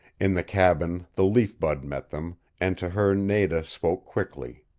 in the cabin the leaf bud met them, and to her nada spoke quickly.